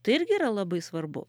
tai irgi yra labai svarbu